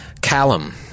Callum